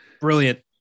Brilliant